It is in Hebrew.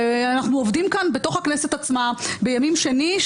ואנחנו עובדים כאן בכנסת עצמה בימים שני,